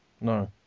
No